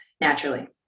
naturally